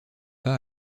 pas